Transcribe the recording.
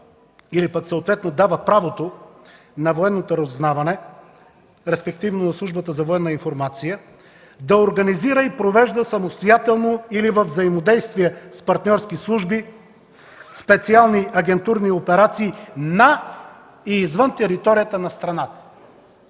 чл. 27, който дава правото на военното разузнаване, респективно на службата за военна информация „да организира и провежда самостоятелно или във взаимодействие с партньорски служби специални агентурни операции на и извън територията на страната”.